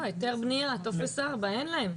לא, היתר בנייה, טופס 4, אין להם.